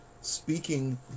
speaking